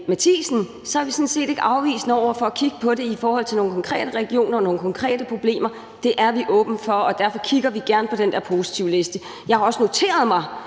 vi sådan set ikke afvisende over for at kigge på det i forhold til nogle konkrete regioner og nogle konkrete problemer. Det er vi åbne for, og derfor kigger vi gerne på den her positivliste. Jeg har også noteret mig,